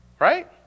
right